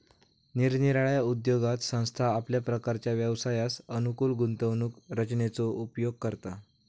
निरनिराळ्या उद्योगात संस्था आपल्या प्रकारच्या व्यवसायास अनुकूल गुंतवणूक रचनेचो उपयोग करता